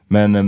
Men